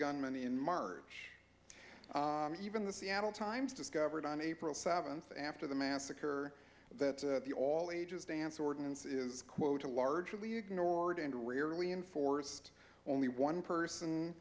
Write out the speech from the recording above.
gunman in march even the seattle times discovered on april seventh after the massacre that the all ages dance ordinance is quota largely ignored and rarely enforced only one